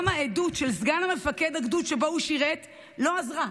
גם העדות של סגן מפקד הגדוד שבו הוא שירת לא עזרה.